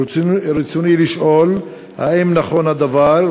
רצוני לשאול: 1. האם נכון הדבר?